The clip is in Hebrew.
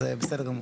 אז בסדר גמור.